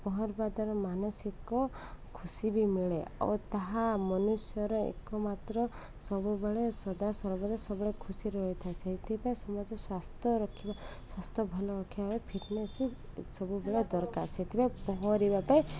ପହଁରିବା ଦ୍ୱାରା ମାନସିକ ଖୁସି ବି ମିଳେ ଓ ତାହା ମନୁଷ୍ୟର ଏକମାତ୍ର ସବୁବେଳେ ସଦାସର୍ବଦା ସବୁବେଳେ ଖୁସି ରହିଥାଏ ସେଇଥିପାଇଁ ସମସ୍ତେ ସ୍ୱାସ୍ଥ୍ୟ ରଖିବା ସ୍ୱାସ୍ଥ୍ୟ ଭଲ ରଖିବା ପାଇଁ ଫିଟନେସ୍ ବି ସବୁବେଳେ ଦରକାର ସେଥିପାଇଁ ପହଁରିବା ପାଇଁ